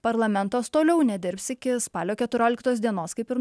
parlamentas toliau nedirbs iki spalio keturioliktos dienos kaip ir